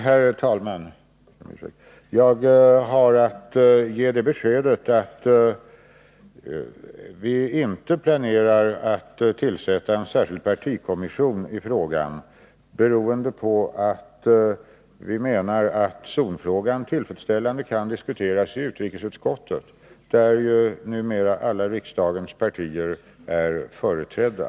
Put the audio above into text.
Herr talman! Jag har att ge det beskedet, att vi inte planerar att tillsätta en särskild parlamentarisk kommission i frågan, beroende på att vi menar att zonfrågan tillfredsställande kan diskuteras i utrikesutskottet, där ju numera alla riksdagens partier är företrädda.